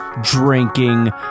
drinking